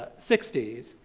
sixty s,